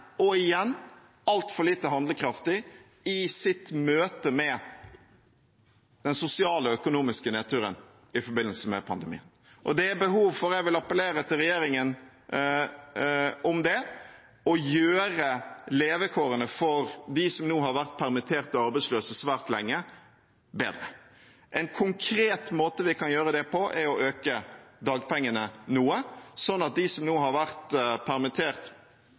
og igjen, altfor lite handlekraftig i sitt møte med den sosiale og økonomiske nedturen i forbindelse med pandemien. Det er behov for – jeg vil appellere til regjeringen om det – å gjøre levekårene for dem som nå har vært permittert og arbeidsløse svært lenge, bedre. En konkret måte vi kan gjøre det på, er å øke dagpengene noe, sånn at de som nå har vært permittert